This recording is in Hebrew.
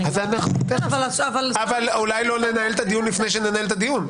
--- אבל אולי לא ננהל את הדיון לפני שננהל את הדיון.